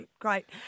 great